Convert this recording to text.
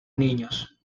niños